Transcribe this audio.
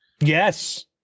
Yes